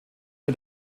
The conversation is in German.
mit